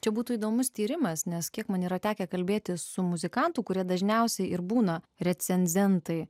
čia būtų įdomus tyrimas nes kiek man yra tekę kalbėtis su muzikantų kurie dažniausiai ir būna recenzentai